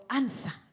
answer